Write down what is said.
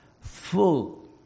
Full